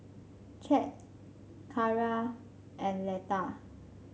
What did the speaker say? Chet Cara and Letta